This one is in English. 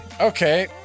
Okay